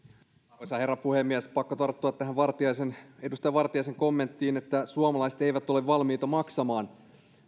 arvoisa herra puhemies on pakko tarttua tähän edustaja vartiaisen kommenttiin että suomalaiset eivät ole valmiita maksamaan